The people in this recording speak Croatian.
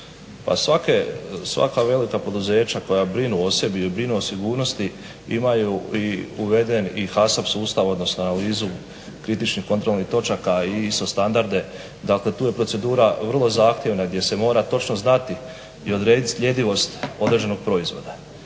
svaka velika poduzeća koja brinu o sebi i brinu o sigurnosti imaju i uveden HASAP sustav odnosno analizu kritičnih kontrolnih točaka i ISO standarde. Dakle, tu je procedura vrlo zahtjevna gdje se mora točno znati i odrediti sljedivost određenog proizvoda.